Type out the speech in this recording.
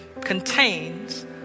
contains